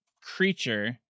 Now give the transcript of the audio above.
creature